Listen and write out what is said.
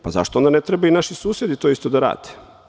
Pa zašto onda ne trebaju i naši susedi to isto da rade?